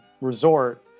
resort